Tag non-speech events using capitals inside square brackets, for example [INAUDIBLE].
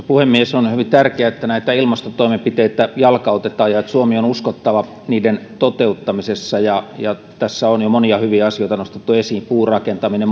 [UNINTELLIGIBLE] puhemies on hyvin tärkeää että näitä ilmastotoimenpiteitä jalkautetaan ja että suomi on uskottava niiden toteuttamisessa ja ja tässä on jo monia hyviä asioita nostettu esiin kuten puurakentaminen [UNINTELLIGIBLE]